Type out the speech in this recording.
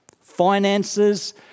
finances